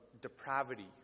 depravity